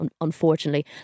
unfortunately